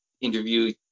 interview